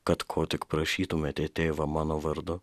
kad ko tik prašytumėte tėvą mano vardu